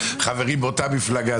חברים באותה מפלגה.